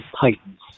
Titans